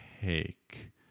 take